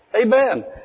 Amen